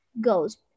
goes